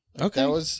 Okay